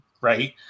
right